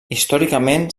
històricament